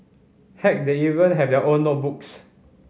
heck they even have their own notebooks